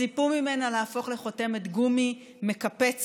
ציפו ממנה להפוך לחותמת גומי מקפצת,